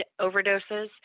overdoses